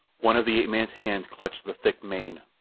one of the ape-man's hands clutched the thick mane,